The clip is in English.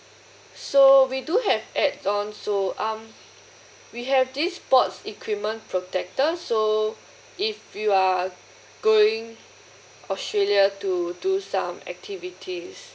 so we do have add on so um we have this sports equipment protector so if you are going australia to do some activities